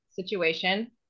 situation